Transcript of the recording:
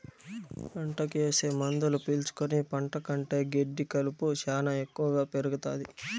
పంటకి ఏసే మందులు పీల్చుకుని పంట కంటే గెడ్డి కలుపు శ్యానా ఎక్కువగా పెరుగుతాది